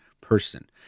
person